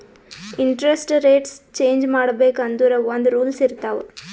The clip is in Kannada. ಇಂಟರೆಸ್ಟ್ ರೆಟ್ಸ್ ಚೇಂಜ್ ಮಾಡ್ಬೇಕ್ ಅಂದುರ್ ಒಂದ್ ರೂಲ್ಸ್ ಇರ್ತಾವ್